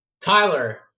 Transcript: Tyler